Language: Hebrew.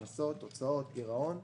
הכנסות, הוצאות, גירעון.